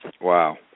wow